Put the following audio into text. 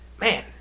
man